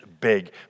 big